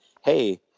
hey